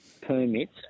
permits